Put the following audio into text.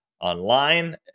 online